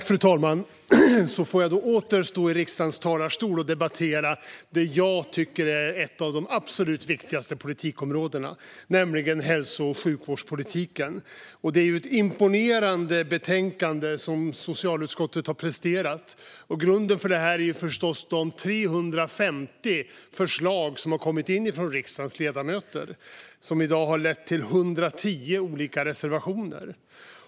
Fru talman! Så får jag då åter stå i riksdagens talarstol och debattera det jag tycker är ett av de absolut viktigaste politikområdena, nämligen hälso och sjukvårdspolitiken. Det är ett imponerande betänkande socialutskottet har presterat. Grunden för det är förstås de 350 förslag som har kommit in från riksdagens ledamöter och som i dag har lett till 110 olika reservationer.